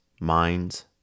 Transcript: minds